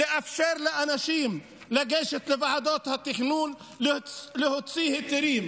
לאפשר לאנשים לגשת לוועדות התכנון להוציא היתרים.